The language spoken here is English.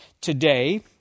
today